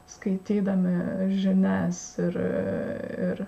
skaitydami žinias ir